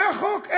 זה החוק.